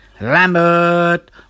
Lambert